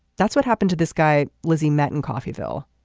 that's what happened to this guy. lizzie met in coffeyville.